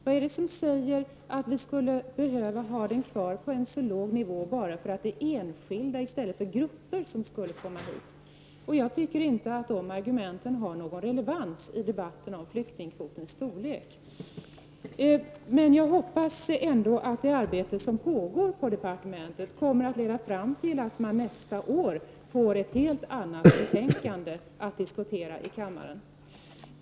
Vad är det som säger att den behöver behålla en så låg nivå bara för att det är enskilda i stället för grupper som skall komma hit? Jag tycker inte att dessa argument har någon relevans i debatten om flyktingkvotens storlek. Jag hoppas ändå att det arbete som pågår inom departementet kommer att leda fram till att det nästa år kommer ett helt annat slags betänkande som vi får att behandla i kammaren.